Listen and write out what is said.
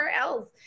else